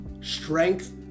strength